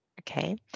Okay